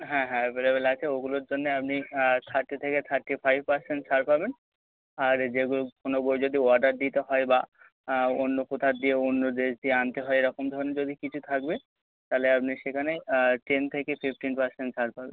হ্যাঁ হ্যাঁ অ্যাভেলেবল আছে ওগুলোর জন্যে আপনি থার্টি থেকে থার্টি ফাইভ পার্সেন্ট ছাড় পাবেন আর যেগুলো কোনো বই যদি অর্ডার দিতে হয় বা অন্য কোথার দিয়ে অন্যদের দিয়ে আনতে হয় এরকম ধরনের যদি কিছু থাকবে তাহলে আপনি সেখানে টেন থেকে ফিফটিন পার্সেন্ট ছাড় পাবেন